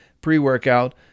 pre-workout